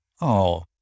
Oh